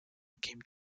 came